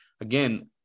Again